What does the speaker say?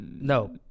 No